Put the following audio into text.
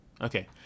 Okay